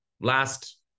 last